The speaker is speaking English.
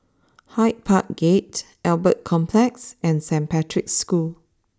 Hyde Park Gate Albert Complex and Saint Patrick's School